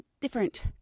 different